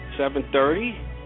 7.30